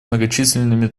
многочисленными